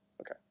Okay